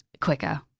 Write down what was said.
quicker